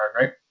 right